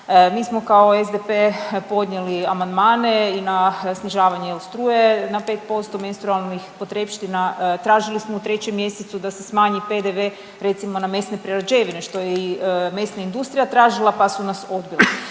Mi smo kao SDP podnijeli amandmane i na snižavanje struje na 5%, menstrualnih potrepština, tražili smo u 3. mj. da se smanji PDV, recimo na mesne prerađevine, što je i mesna industrija tražila pa su nas odbili,